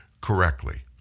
correctly